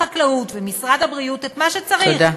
משרד החקלאות ומשרד הבריאות, את מה שצריך.